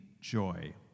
joy